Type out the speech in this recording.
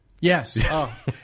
Yes